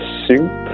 soup